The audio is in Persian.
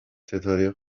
ستاره